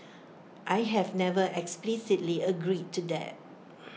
I have never explicitly agreed to that